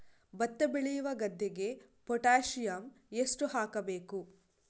ಭತ್ತ ಬೆಳೆಯುವ ಗದ್ದೆಗೆ ಪೊಟ್ಯಾಸಿಯಂ ಎಷ್ಟು ಹಾಕಬೇಕು?